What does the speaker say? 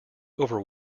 over